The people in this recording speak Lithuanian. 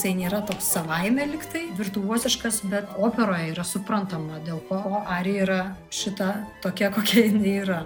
jisai nėra toks savaime lyg tai virtuoziškas bet operoje yra suprantama dėl ko o arija yra šita tokia kokia jinai yra